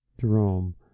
Jerome